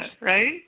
right